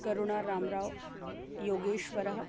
करुणा राम्राव् योगेश्वरः